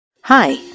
Hi